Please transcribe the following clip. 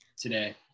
today